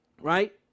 right